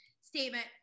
statement